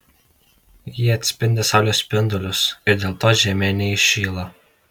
jie atspindi saulės spindulius ir dėl to žemė neįšyla